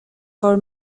for